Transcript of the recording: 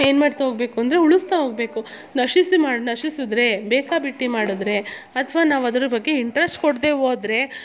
ಏನುಮಾಡ್ತ ಹೋಗ್ಬೇಕು ಅಂದರೆ ಉಳಿಸ್ತಾ ಹೋಗ್ಬೇಕು ನಶಿಸಿ ಮಾ ನಶಿಸಿದರೆ ಬೇಕಾ ಬಿಟ್ಟಿ ಮಾಡಿದರೆ ಅಥವ ನಾವು ಅದ್ರ ಬಗ್ಗೆ ಇಂಟ್ರೆಸ್ಟ್ ಕೊಡದೆ ಹೋದ್ರೆ